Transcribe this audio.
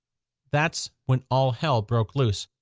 that's when all hell broke loose.